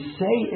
say